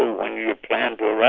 when you plan to arrive.